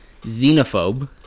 xenophobe